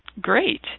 Great